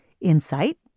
Insight